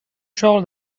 شغل